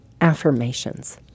affirmations